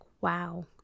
wow